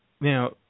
Now